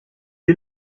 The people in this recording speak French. est